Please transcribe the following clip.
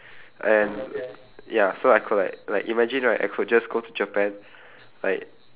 and ya so I could like like imagine right I could just go to japan like